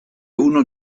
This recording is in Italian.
uno